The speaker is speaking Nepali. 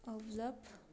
अब्बल